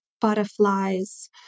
butterflies